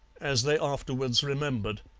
as they afterwards remembered.